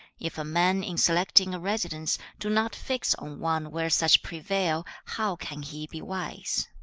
if a man in selecting a residence, do not fix on one where such prevail, how can he be wise